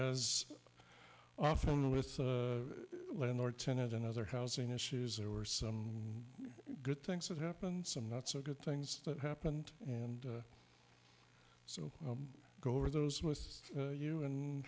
as often with a landlord tenant and other housing issues there were some good things that happened some not so good things that happened and so go over those was you and